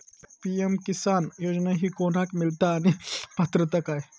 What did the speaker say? PM Kisan योजना ही कोणाक मिळता आणि पात्रता काय?